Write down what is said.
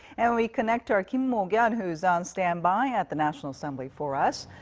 and we connect to our kim mok-yeon. who is on standby at the national assembly for us.